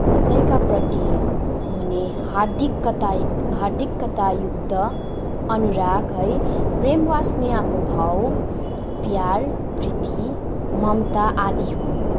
कसैका प्रति हुने हार्दिकता हार्दिकता युक्त अनुराग है प्रेमवाश्नीयको भाव प्यार प्रीति ममता आदि हो